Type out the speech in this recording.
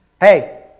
hey